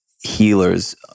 healers